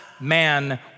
man